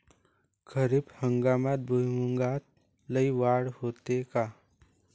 खरीप हंगामात भुईमूगात लई वाढ होते का?